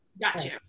Gotcha